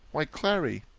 why, clary!